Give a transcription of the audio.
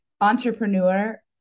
entrepreneur